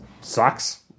sucks